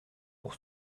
pour